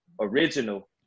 original